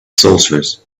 sorcerers